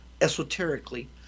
esoterically